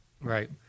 Right